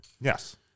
Yes